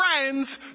friends